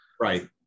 Right